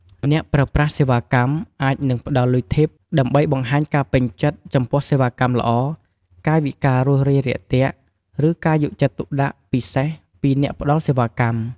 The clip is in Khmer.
អ្នកប្រើប្រាស់សេវាកម្មអាចនឹងផ្ដល់លុយធីប ដើម្បីបង្ហាញការពេញចិត្តចំពោះសេវាកម្មល្អ កាយវិការរួសរាយរាក់ទាក់ ឬការយកចិត្តទុកដាក់ពិសេសពីអ្នកផ្ដល់សេវាកម្ម។